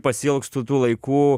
pasiilgstu tų laikų